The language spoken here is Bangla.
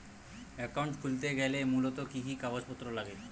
অ্যাকাউন্ট খুলতে গেলে মূলত কি কি কাগজপত্র লাগে?